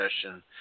session